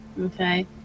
Okay